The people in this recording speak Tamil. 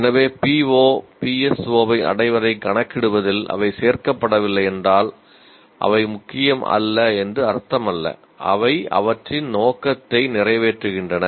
எனவே PO PSO அடைவைக் கணக்கிடுவதில் அவை சேர்க்கப்படவில்லை என்றால் அவை முக்கியமல்ல என்று அர்த்தமல்ல அவை அவற்றின் நோக்கத்தை நிறைவேற்றுகின்றன